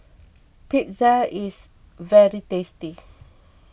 pizza is very tasty